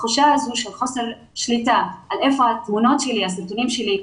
התחושה הזו של חוסר שליטה על היכן שנמצאים הסרטונים והתמונות שלי,